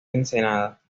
ensenada